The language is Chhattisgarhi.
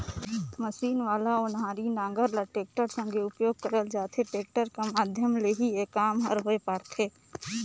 मसीन वाला ओनारी नांगर ल टेक्टर संघे उपियोग करल जाथे, टेक्टर कर माध्यम ले ही ए काम हर होए पारथे